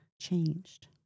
changed